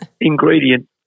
ingredient